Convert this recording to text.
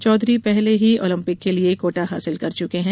चौधरी पहले ही ओलंपिक के लिये कोटा हासिल कर चुके हैं